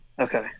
Okay